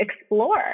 explore